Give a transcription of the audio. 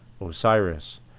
Osiris